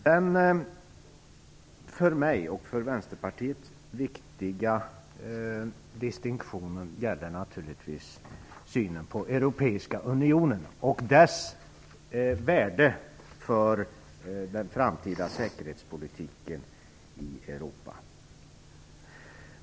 Den för mig och för Vänsterpartiet viktiga distinktionen gäller naturligtvis synen på Europeiska unionen och dess värde för den framtida säkerhetspolitiken i Europa.